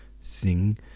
sing